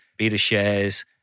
BetaShares